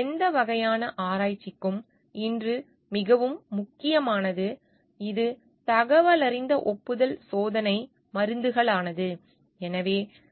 எந்த வகையான ஆராய்ச்சிக்கும் இன்று மிகவும் முக்கியமானது இது தகவலறிந்த ஒப்புதல் சோதனை மருந்துகளுக்கானது